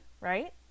Right